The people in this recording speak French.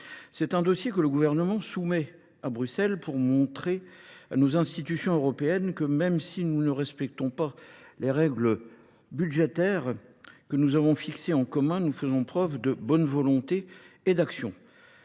C'est un dossier que le gouvernement soumet à Bruxelles pour montrer à nos institutions européennes que même si nous ne respectons pas les règles budgétaires que nous avons fixées en commun, nous faisons preuve de bonne volonté et d'action.